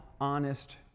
honest